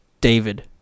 David